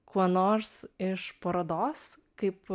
kuo nors iš parodos kaip